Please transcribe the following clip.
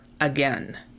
again